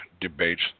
debates